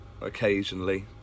occasionally